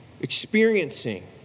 experiencing